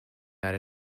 that